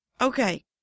Okay